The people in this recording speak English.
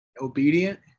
Obedient